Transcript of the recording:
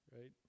right